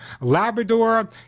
Labrador